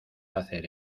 hacer